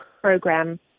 program